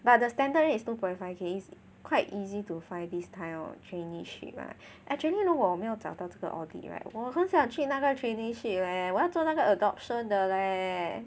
but the standard rate is two point five K is quite easy to find this kind of traineeship lah actually 如果我没有找到这个 audit right 我很想去那个 traineeship leh 我要做那个 adoption 的 leh